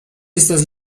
estas